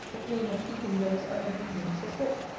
the pain of keeping those i had reason to suspect.